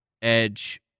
Edge